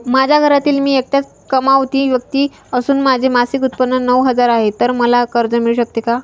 माझ्या घरातील मी एकटाच कमावती व्यक्ती असून माझे मासिक उत्त्पन्न नऊ हजार आहे, तर मला कर्ज मिळू शकते का?